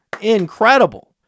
incredible